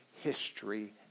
history